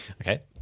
Okay